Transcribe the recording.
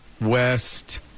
West